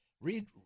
read